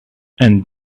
and